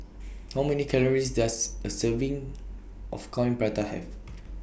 How Many Calories Does A Serving of Coin Prata Have